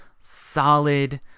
solid